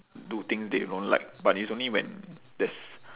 do things they don't like but it's only when there's